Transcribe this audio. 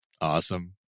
Awesome